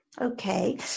okay